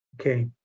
Okay